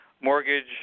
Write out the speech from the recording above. Mortgage